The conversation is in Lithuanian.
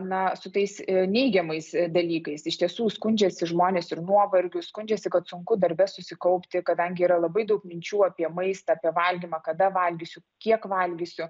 na su tais neigiamais dalykais iš tiesų skundžiasi žmonės ir nuovargiu skundžiasi kad sunku darbe susikaupti kadangi yra labai daug minčių apie maistą apie valgymą kada valgysiu kiek valgysiu